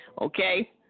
okay